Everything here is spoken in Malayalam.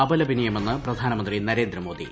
അപലപനീയമെന്ന് പ്രധാനമന്ത്രി നരേന്ദ്രമോദി